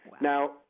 Now